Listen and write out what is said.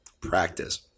practice